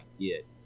get